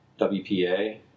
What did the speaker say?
WPA